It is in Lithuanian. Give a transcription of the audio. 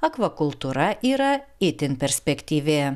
akvakultūra yra itin perspektyvi